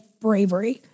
bravery